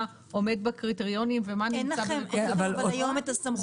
עומד בקריטריונים ומה נמצא --- אין לכם אבל היום את הסמכות